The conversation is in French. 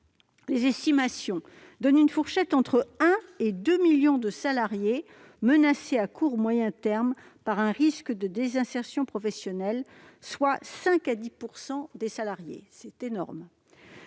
Les estimations font état d'une fourchette située entre un et deux millions de salariés menacés à court ou moyen terme par un risque de désinsertion professionnelle, soit 5 à 10 % des salariés. C'est énorme !